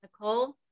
Nicole